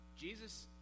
Jesus